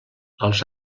els